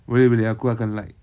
boleh boleh aku akan like